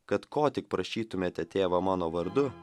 kad ko tik prašytumėte tėvą mano vardu